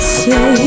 say